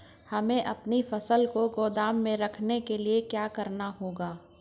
हमें अपनी फसल को गोदाम में रखने के लिये क्या करना होगा?